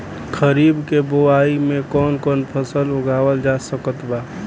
खरीब के बोआई मे कौन कौन फसल उगावाल जा सकत बा?